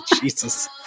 jesus